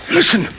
Listen